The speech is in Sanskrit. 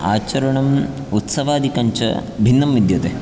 आचरणम् उत्सवादिकं च भिन्नं विद्यते